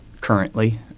currently